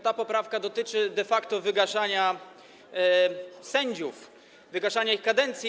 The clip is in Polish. Ta poprawka dotyczy de facto wygaszania sędziów, wygaszania ich kadencji.